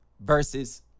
versus